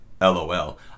LOL